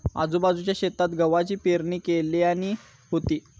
आजूबाजूच्या शेतात गव्हाची पेरणी केल्यानी होती